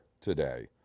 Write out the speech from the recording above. today